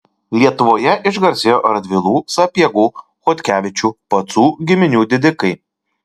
lietuvoje išgarsėjo radvilų sapiegų chodkevičių pacų giminių didikai